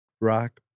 rock